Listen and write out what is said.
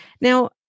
Now